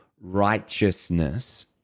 righteousness